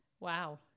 Wow